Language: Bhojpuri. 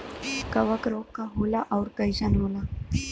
कवक रोग का होला अउर कईसन होला?